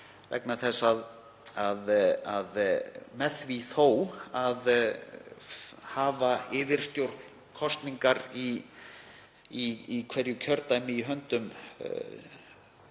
vegna þess að með því að hafa yfirstjórn kosninga í hverju kjördæmi í höndum